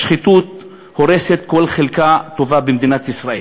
השחיתות הורסת כל חלקה טובה במדינת ישראל.